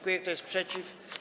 Kto jest przeciw?